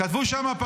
כתבו שם,